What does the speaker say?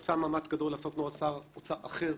נעשה מאמץ גדול לעשות נוהל שר אוצר אחר,